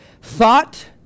thought